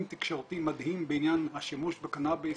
תקשורתי מדהים בעניין השימוש בקנאביס,